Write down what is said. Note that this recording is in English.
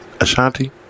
Ashanti